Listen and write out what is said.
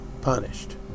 punished